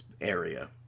area